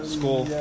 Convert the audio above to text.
School